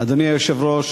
אדוני היושב-ראש,